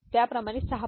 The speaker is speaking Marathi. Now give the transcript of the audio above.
तर त्याचप्रमाणे 6